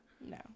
No